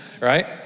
right